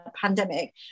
pandemic